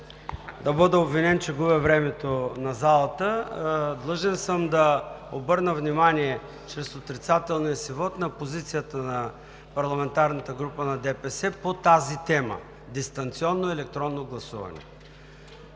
да бъда обвинен, че губя времето на залата, съм длъжен да обърна внимание чрез отрицателния си вот на позицията на парламентарната група на ДПС по тази тема: дистанционно електронно гласуване.